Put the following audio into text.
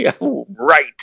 Right